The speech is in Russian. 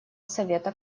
совета